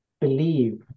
believe